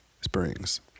Springs